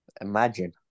Imagine